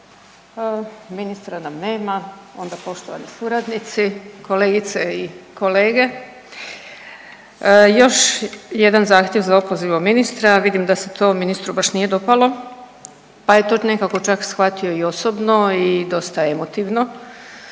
Ministra nam nema, onda poštovani suradnici, kolegice i kolege, još jedan zahtjev za opozivom ministra, vidim da se to ministru baš nije dopalo pa je to nekako čak shvatio i osobno i dosta emotivno.